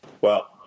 Well-